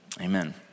Amen